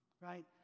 right